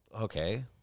Okay